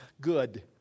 good